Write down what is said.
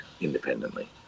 independently